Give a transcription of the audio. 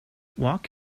walk